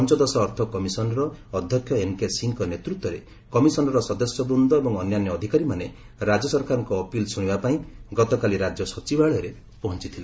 ପଞ୍ଚଦଶ ଅର୍ଥକମିଶନ୍ ର ଅଧ୍ୟକ୍ଷ ଏନ୍କେ ସିଂହଙ୍କ ନେତୃତ୍ୱରେ କମିଶନ୍ ର ସଦସ୍ୟ ବୂନ୍ଦ ଏବଂ ଅନ୍ୟାନ୍ୟ ଅଧିକାରୀମାନେ ରାଜ୍ୟ ସରକାରଙ୍କ ଅପିଲ୍ ଶ୍ରଣିବା ପାଇଁ ଗତକାଲି ରାଜ୍ୟ ସଚିବାଳୟରେ ପହଞ୍ଚିଥିଲେ